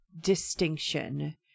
distinction